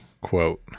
quote